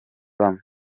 bamwe